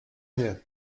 nie